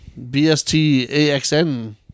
BST-AXN